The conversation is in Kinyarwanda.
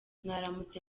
mwaramutse